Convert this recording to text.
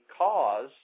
cause